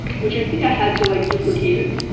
which i think i had to like, duplicate it.